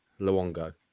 Luongo